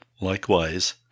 Likewise